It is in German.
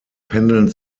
pendeln